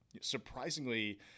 surprisingly